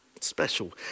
Special